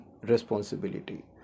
responsibility